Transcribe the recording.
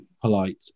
polite